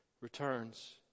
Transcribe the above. returns